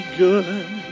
good